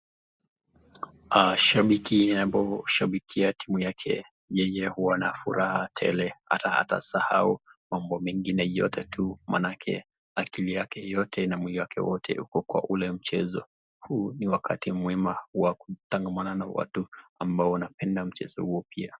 Shabiki naposhabiki ya timu yake yeye huwa na furaha tele hata atasahau mambo mengine yote tu maanake akili yake yote na moyo wake wote uko kwa ule mchezo. Huu ni wakati mwema wa kutangamana na watu ambao wanapenda mchezo huo pia.